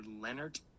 Leonard